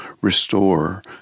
restore